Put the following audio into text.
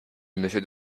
monsieur